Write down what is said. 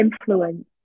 influence